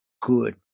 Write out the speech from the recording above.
good